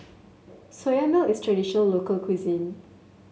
Soya Milk is traditional local cuisine